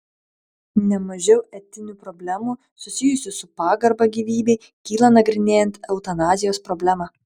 ne mažiau etinių problemų susijusių su pagarba gyvybei kyla nagrinėjant eutanazijos problemą